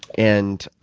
and